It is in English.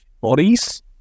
bodies